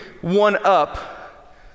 one-up